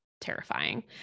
Terrifying